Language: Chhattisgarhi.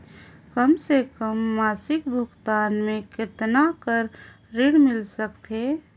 कम से कम मासिक भुगतान मे कतना कर ऋण मिल सकथे?